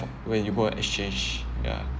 when you go and exchange ya